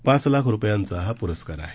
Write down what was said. पाच लाख रूपयांचा हा पुरस्कार आहे